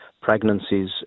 pregnancies